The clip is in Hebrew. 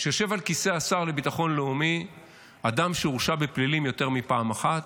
שיושב על כיסא השר לביטחון לאומי אדם שהורשע בפלילים יותר מפעם אחת,